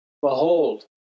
Behold